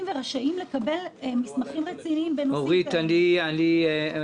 ורשאים לקבל מסמכים רציניים בנושאים כאלה.